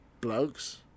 blokes